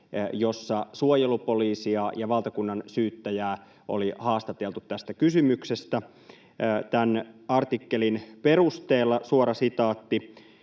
jossa suojelupoliisia ja valtakunnansyyttäjää oli haastateltu tästä kysymyksestä. Tämän artikkelin perusteella: ”Useampi